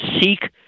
seek